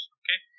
okay